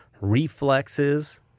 reflexes